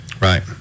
Right